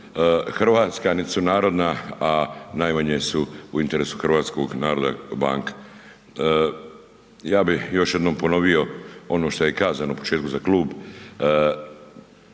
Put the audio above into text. hrvatska, nit su narodna, a najmanje su u interesu hrvatskog naroda, banka. Ja bi još jednom ponovio ono što je kazano u početku za klub,